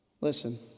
Listen